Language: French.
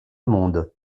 monde